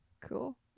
Cool